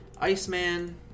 Iceman